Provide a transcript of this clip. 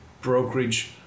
brokerage